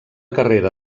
carrera